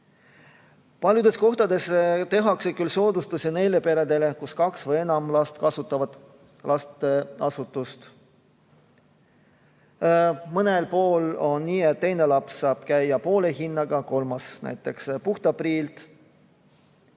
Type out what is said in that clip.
Paljudes kohtades tehakse küll soodustusi neile peredele, mille kaks või enam last käivad lasteasutuses. Mõnel pool on nii, et teine laps saab käia poole hinnaga, kolmas näiteks puhta priilt,